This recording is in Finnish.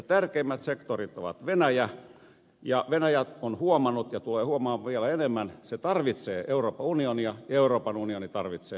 tärkeimmät sektorit ovat venäjä ja venäjä on huomannut ja tulee huomaamaan vielä enemmän että se tarvitsee euroopan unionia ja euroopan unioni tarvitsee venäjää